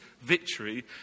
victory